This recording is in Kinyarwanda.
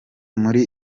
muri